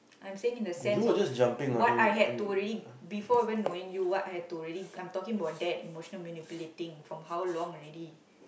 I'm saying in the sense of what I had to already before even knowing what I had to already I'm talking about that emotion manipulating from how long already